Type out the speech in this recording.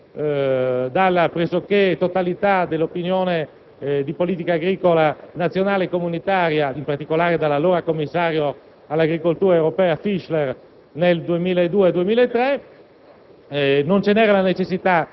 in modo anticipato pressoché dalla totalità dell'opinione politica agricola nazionale e comunitaria, in particolare dall'allora commissario europeo all'agricoltura Franz Fischler nel 2002-2003.